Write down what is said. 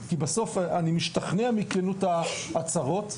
כי בסוף, אני משתכנע מכנות ההצהרות,